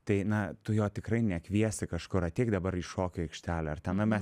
tai na tu jo tikrai nekviesi kažkur ateik dabar į šokių aikštelę ar ten nu mes